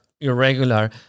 irregular